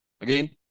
again